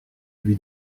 lui